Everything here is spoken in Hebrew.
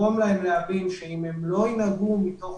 לגרום להם להבין שאם הם לא ינהגו מתוך